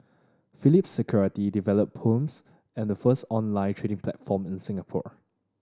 Phillip Securities developed Poems the first online trading platform in Singapore